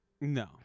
No